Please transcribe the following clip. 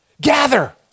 Gather